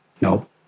No